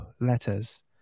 letters